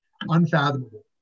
unfathomable